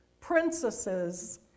princesses